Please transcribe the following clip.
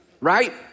Right